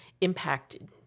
impacted